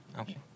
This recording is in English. Okay